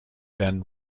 been